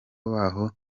baho